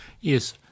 Yes